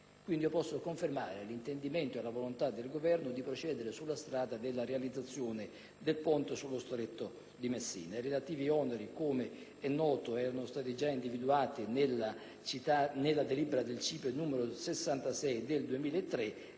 quindi confermare l'intendimento e la volontà del Governo di procedere sulla strada della realizzazione del ponte sullo Stretto di Messina. I relativi oneri, com'è noto, erano stati già individuati nella delibera del CIPE n. 66 del 2003